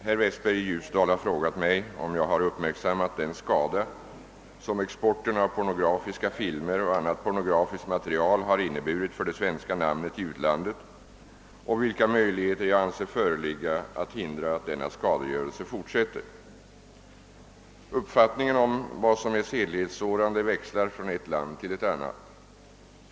Herr talman! Herr Westberg i Ljusdal har frågat mig om jag har uppmärksammat den skada som exporten av pornografiska filmer och annat pornografiskt material har inneburit för det svenska namnet i utlandet och vilka möjligheter jag anser föreligga att hindra att denna skadegörelse fortsätter. Uppfattningen om vad som är sedlighetssårande växlar från ett land till ett annat.